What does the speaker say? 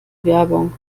werbung